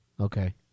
Okay